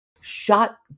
Shot